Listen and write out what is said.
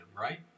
right